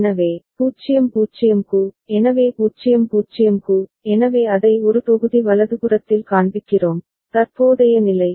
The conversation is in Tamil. எனவே 0 0 க்கு எனவே 0 0 க்கு எனவே அதை ஒரு தொகுதி வலதுபுறத்தில் காண்பிக்கிறோம் தற்போதைய நிலை